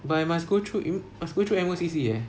but I must go through you know I must go through M_O_C_C eh